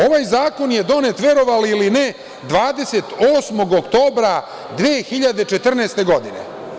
Ovaj zakon je donet, verovali ili ne, 28. oktobra 2014. godine.